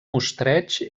mostreig